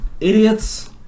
idiots